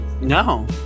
No